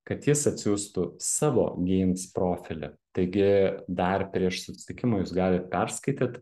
kad jis atsiųstų savo geims profilį taigi dar prieš susitikimą jūs galit perskaityt